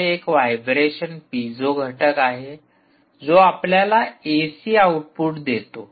तेथे एक vibration piezo घटक आहे जो आपल्याला एसी आउटपुट देतो